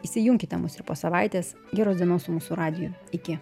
įsijunkite mus ir po savaitės geros dienos su mūsų radiju iki